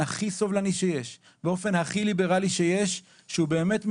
זה גם יום של זיכרון לחללי צה"ל שמקום קבורתם לא